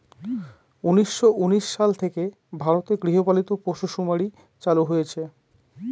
উনিশশো উনিশ সাল থেকে ভারতে গৃহপালিত পশুসুমারী চালু হয়েছে